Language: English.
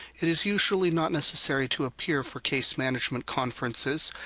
it is usually not necessary to appear for case management conferences.